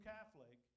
Catholic